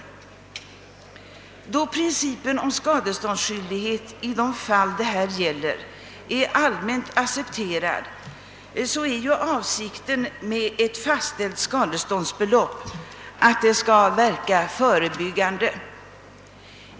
Då principen om skadeståndsskyldighet i det fall det här gäller är allmänt accepterad, är avsikten med ett fastställt skadeståndsbelopp att det skall verka förebyggande.